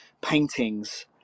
paintings